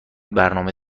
برنامه